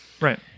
Right